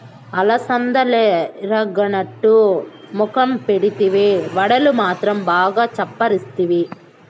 అలసందలెరగనట్టు మొఖం పెడితివే, వడలు మాత్రం బాగా చప్పరిస్తివి